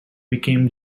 became